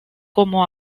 como